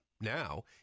Now